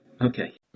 Okay